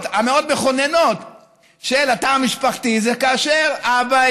המאוד-מכוננות של התא המשפחתי זה כאשר אבא,